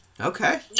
Okay